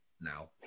now